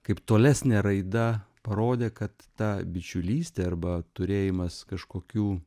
kaip tolesnė raida parodė kad ta bičiulystė arba turėjimas kažkokių